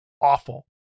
awful